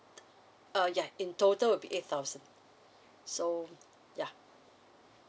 err yeah in total will be eight thousand so yeah